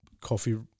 coffee